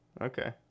Okay